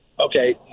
okay